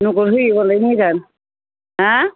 नगद होयोब्लालाय मोजां हा